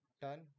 Done